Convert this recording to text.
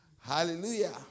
Hallelujah